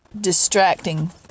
distracting